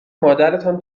مادرتان